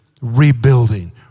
rebuilding